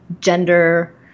gender